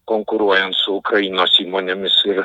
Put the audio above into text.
konkuruojant su ukrainos įmonėmis ir